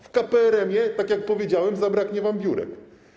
W KPRM-ie, tak jak powiedziałem, zabraknie wam biurek.